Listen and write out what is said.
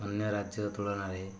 ଅନ୍ୟ ରାଜ୍ୟ ତୁଳନାରେ